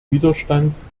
widerstands